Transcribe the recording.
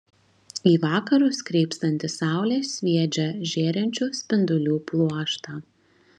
į vakarus krypstanti saulė sviedžia žėrinčių spindulių pluoštą